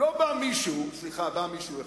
לא בא מישהו, סליחה, בא מישהו אחד.